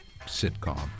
sitcom